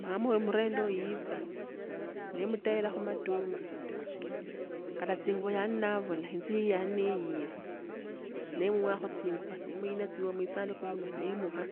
Mamuwe mrende oyo yitsa ,nemteyilekho matuma kata tsingwo yati navula itsu yiyw yavq niyiyile nimwakho tsinguvo nemuyinia tsinguvo mwisanduku muno nemuwa